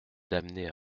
damnée